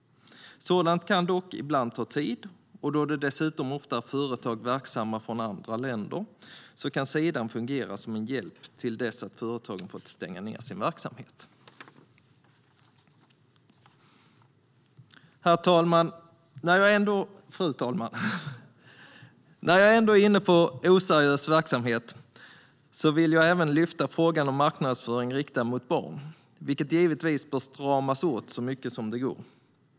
Sådant kan dock ibland ta tid och då det dessutom ofta är fråga om företag verksamma i andra länder kan sidan fungera som en hjälp till dess att företagen fått stänga ned sin verksamhet. Fru talman! När jag ändå är inne på oseriös verksamhet så vill jag även lyfta frågan om marknadsföring riktad mot barn, vilket givetvis bör stramas åt så mycket som det går.